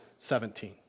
17